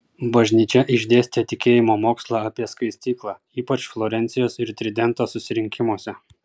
bažnyčia išdėstė tikėjimo mokslą apie skaistyklą ypač florencijos ir tridento susirinkimuose